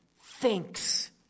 thinks